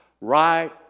right